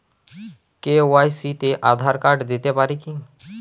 KYC তে Aadhaar card দিতে পারি কি?